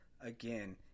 again